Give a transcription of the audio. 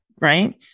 Right